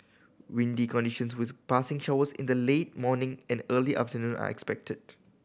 windy conditions with passing showers in the late morning and early afternoon are expected